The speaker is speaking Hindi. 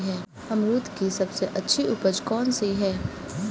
अमरूद की सबसे अच्छी उपज कौन सी है?